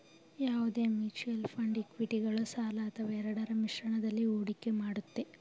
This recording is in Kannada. ಯಾವುದೇ ಮ್ಯೂಚುಯಲ್ ಫಂಡ್ ಇಕ್ವಿಟಿಗಳು ಸಾಲ ಅಥವಾ ಎರಡರ ಮಿಶ್ರಣದಲ್ಲಿ ಹೂಡಿಕೆ ಮಾಡುತ್ತೆ